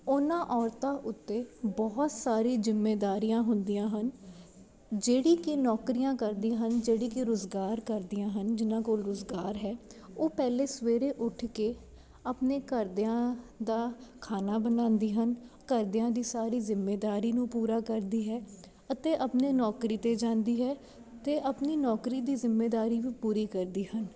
ਉਹਨਾਂ ਔਰਤਾਂ ਉੱਤੇ ਬਹੁਤ ਸਾਰੀ ਜ਼ਿੰਮੇਵਾਰੀਆਂ ਹੁੰਦੀਆਂ ਹਨ ਜਿਹੜੀ ਕਿ ਨੌਕਰੀਆਂ ਕਰਦੀ ਹਨ ਜਿਹੜੀ ਕਿ ਰੁਜ਼ਗਾਰ ਕਰਦੀਆਂ ਹਨ ਜਿਹਨਾਂ ਕੋਲ ਰੁਜ਼ਗਾਰ ਹੈ ਉਹ ਪਹਿਲਾਂ ਸਵੇਰੇ ਉੱਠ ਕੇ ਆਪਣੇ ਘਰਦਿਆਂ ਦਾ ਖਾਣਾ ਬਣਾਉਂਦੀ ਹਨ ਘਰਦਿਆਂ ਦੀ ਸਾਰੀ ਜ਼ਿੰਮੇਵਾਰੀ ਨੂੰ ਪੂਰਾ ਕਰਦੀ ਹੈ ਅਤੇ ਆਪਣੇ ਨੌਕਰੀ 'ਤੇ ਜਾਂਦੀ ਹੈ ਅਤੇ ਆਪਣੀ ਨੌਕਰੀ ਦੀ ਜ਼ਿੰਮੇਵਾਰੀ ਵੀ ਪੂਰੀ ਕਰਦੀ ਹਨ